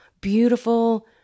beautiful